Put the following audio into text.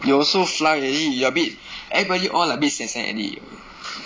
you also fly already you a bit everybody a bit seh seh already